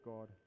God